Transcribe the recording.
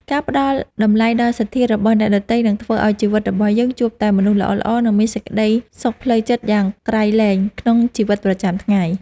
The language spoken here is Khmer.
ការផ្តល់តម្លៃដល់សទ្ធារបស់អ្នកដទៃនឹងធ្វើឱ្យជីវិតរបស់យើងជួបតែមនុស្សល្អៗ និងមានសេចក្តីសុខផ្លូវចិត្តយ៉ាងក្រៃលែងក្នុងជីវិតប្រចាំថ្ងៃ។